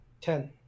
Ten